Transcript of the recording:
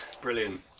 Brilliant